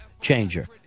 changer